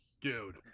dude